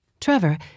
Trevor